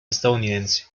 estadounidense